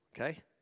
okay